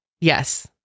yes